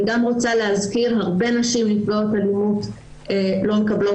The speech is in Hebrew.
אני רוצה להזכיר שהרבה נשים נפגעות אלימות לא מקבלות